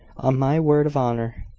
on my word of honour.